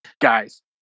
guys